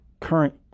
current